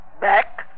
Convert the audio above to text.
Back